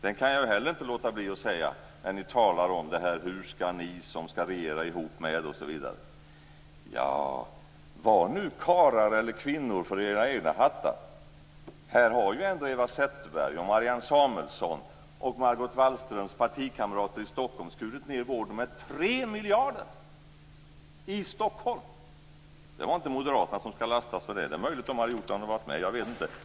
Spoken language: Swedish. Det sägs: Hur skall ni som skall regera ihop med - Då kan jag inte låta bli att säga: Var nu karlar eller kvinnor för era egna hattar. Eva Zetterberg, Marianne Samuelsson och Margot Wallströms partikamrater i Stockholm har ju skurit ned vården i Stockholm med 3 miljarder kronor. Det är inte Moderaterna som skall lastas för det. Det är möjligt att de hade gjort det om de hade varit med, men det vet jag inte.